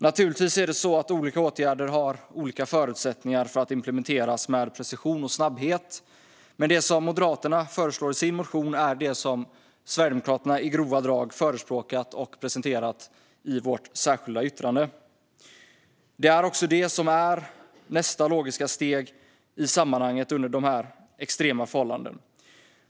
Naturligtvis har olika åtgärder olika förutsättningar att implementeras med precision och snabbhet, men det som Moderaterna föreslår i sin motion är det som Sverigedemokraterna i grova drag förespråkat och presenterat i vårt särskilda yttrande. Det är också det som är nästa logiska steg i sammanhanget under dessa extrema förhållanden.